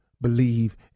believe